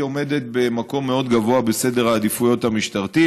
היא עומדת במקום מאוד גבוה בסדר העדיפויות המשטרתי,